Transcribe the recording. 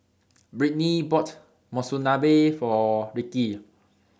Brittnee bought Monsunabe For Ricki